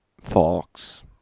Fox